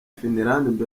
finland